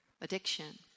addiction